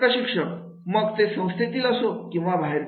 प्रशिक्षक मग ते संस्थेतील असतील किंवा बाहेरचे